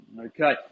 Okay